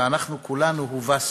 ואנחנו כולנו הובסנו.